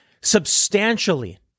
Substantially